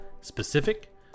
specific